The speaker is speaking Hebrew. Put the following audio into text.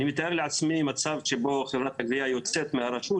אני מתאר לעצמי מצב שבו חברת הגבייה יוצאת מהרשות,